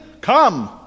Come